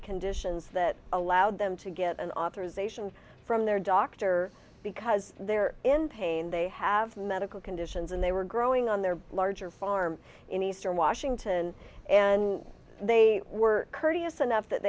conditions that allowed them to get an authorization from their doctor because they're in pain they have medical conditions and they were growing on their larger farm in eastern washington and they were courteous enough that